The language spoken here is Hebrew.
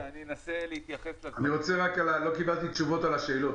רק לא קיבלתי תשובות על השאלות,